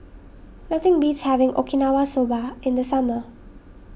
nothing beats having Okinawa Soba in the summer